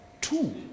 Two